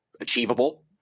achievable